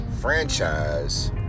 franchise